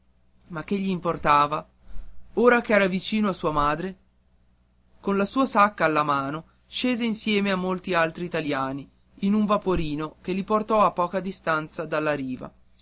ma che gli importava ora ch'era vicino a sua madre con la sua sacca alla mano scese insieme a molti altri italiani in un vaporino che li portò fino a poca distanza dalla riva